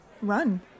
Run